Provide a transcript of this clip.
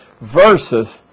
versus